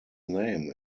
name